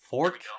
Fork